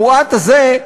המועט הזה,